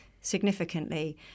significantly